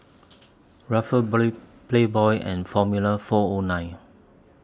Ruffles Playboy and Formula four O nine